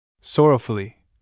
Sorrowfully